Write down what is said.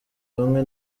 bamwe